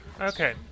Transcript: Okay